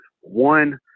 One